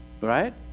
Right